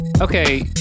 Okay